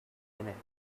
minutes